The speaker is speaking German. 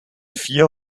vier